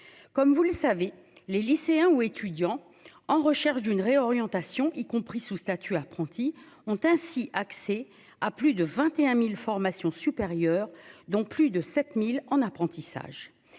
comme vous le savez, les lycéens ou étudiants en recherche d'une réorientation y compris sous statut apprentis ont ainsi accès à plus de 21000 formation supérieure, dont plus de 7000 en apprentissage,